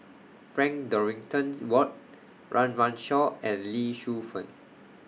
Frank Dorrington's Ward Run Run Shaw and Lee Shu Fen